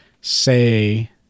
say